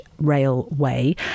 Railway